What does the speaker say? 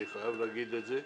אני חייב להגיד את זה,